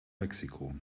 mexiko